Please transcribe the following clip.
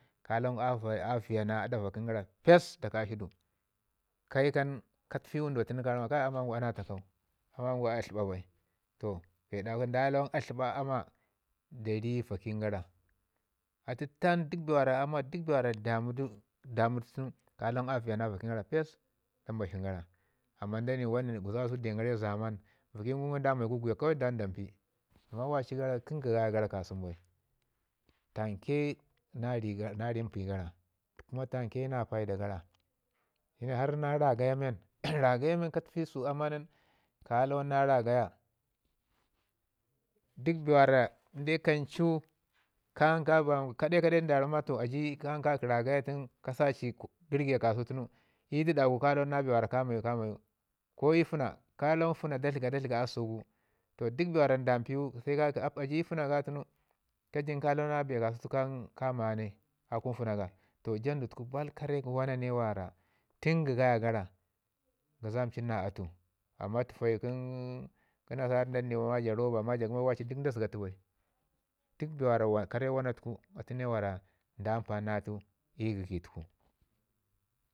ka kwangu a viya na aɗa vəkin gara da kasi du pess. Ka tufi wunduwa tunu ka ramma kai ama tuku anatakau. Aman ya a aliɓa bai bee dawu da lawan atiɓa ama da ri vakin gara. Tətan duk bee war ama a damu du dumu du tum a viya na vakin gora pes nda mbashin gara. Amman gusuku kasau den yara i zaman vakin gu ngum dan gwayi guguyak dan da mpi amman waci tun ga gaya gara ka su nu bai tam ke na ri mpi gara tumke na paida gara. Har na ragaya men ragaya meka tufi səsau ama nin ka lawan na ragaya, duk kade- kaden nda ramma a ji kai ki ragaya tun ka sai yərgiya ka su tunu i ɗidu gu ka lawan na bee kamayu kamayu. Ko i fəna ka lawan na fəna da tləgau da tləga a səsu gu. To duk bee wanda nda mpi gu saci ka ki a ji ii fəna ga tunu aji ka lawan na bee ka sutuku ka maya nai a kun fəna ga. Toh jandu tuku baal lkare wana ne wara tun ga gaya gaya ngizamcin na atu amman tufayi nasara dani na ja roba amman waci duk da zəga tu bai. Puk bee wara kare wana tuku atu ne wara nda ampani na atu i gagi tuku.